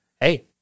hey